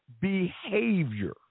behavior